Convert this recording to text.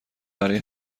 برای